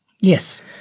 Yes